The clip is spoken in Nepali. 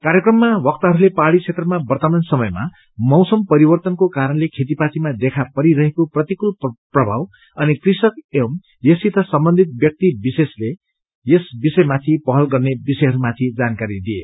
कार्यक्रममा वक्ताहरूले पहाड़ी क्षेत्रमा वर्तमान समयमा मौसम परिवर्तनको कारणले खेतीपातीमा देखा परिरहेको प्रतिकूल प्रभाव अनि कृषक एवं यससित सम्बन्धित व्यक्ति विश्रेषले यस विषयमाथि पहल गर्ने विषयहरू माथि जानकारी दिए